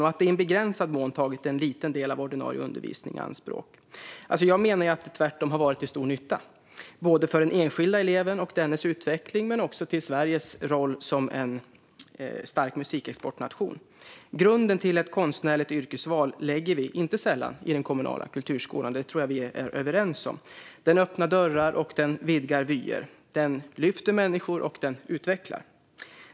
Det har tagit en begränsad, liten del av ordinarie undervisning i anspråk. Jag menar tvärtom, att det har varit till stor nytta både för den enskilda eleven och dennes utveckling och för Sveriges roll som en stark musikexportnation. Grunden för ett konstnärligt yrkesval läggs inte sällan i den kommunala kulturskolan. Det tror jag att vi är överens om. Den öppnar dörrar, och den vidgar vyer. Den lyfter människor, och den utvecklar.